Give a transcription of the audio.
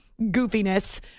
goofiness